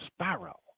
sparrow